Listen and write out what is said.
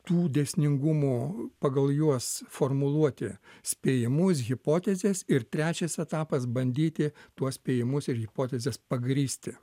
tų dėsningumų pagal juos formuluoti spėjamus hipotezes ir trečias etapas bandyti tuos spėjimus ir hipotezes pagrįsti